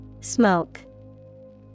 Smoke